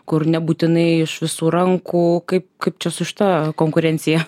kur nebūtinai iš visų rankų kaip kaip čia su šita konkurencija